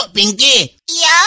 Pinky